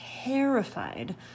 Terrified